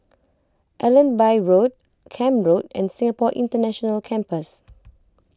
Allenby Road Camp Road and Singapore International Campus